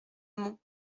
mont